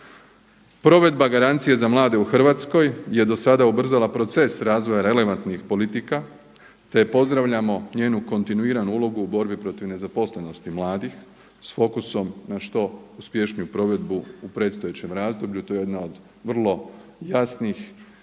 Provedba garancije u Hrvatskoj je do sada ubrzala proces razvoja relevantnih politika, te pozdravljamo njenu kontinuiranu ulogu u borbi protiv nezaposlenosti mladih s fokusom na što uspješniju provedbu u predstojećem razdoblju. To je jedna od vrlo jasnih